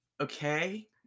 Okay